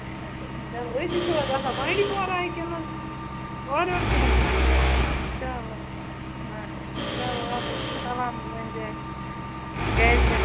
اَچھا چَلو أتی چھِو حظ آسان بانٛڈی پورا کِنہٕ اورٕیور چھِو تانۍ چَلو اَچھا اَچھا چَلو اَدٕ حظ سَلام حظ ؤنۍزِ اَتہِ گَرِ کٮ۪ن